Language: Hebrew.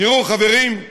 תראו, חברים,